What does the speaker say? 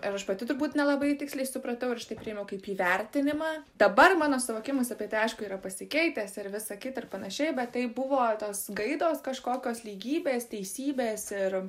ir aš pati turbūt nelabai tiksliai supratau ir aš tai priėmiau kaip įvertinimą dabar mano suvokimus apie tai aišku yra pasikeitęs ir visa kita ir panašiai bet tai buvo tos gaidos kažkokios lygybės teisybės ir